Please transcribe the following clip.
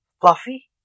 Fluffy